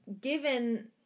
given